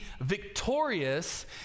victorious